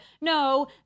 No